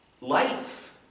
life